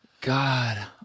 God